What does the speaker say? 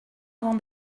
avant